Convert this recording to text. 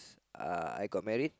uh I got married